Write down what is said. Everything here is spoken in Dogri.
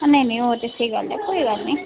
नेईं नेईं ओ ते स्हेई गल्ल ऐ कोई गल्ल नेईं